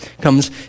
comes